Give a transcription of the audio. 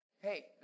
Hey